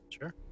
sure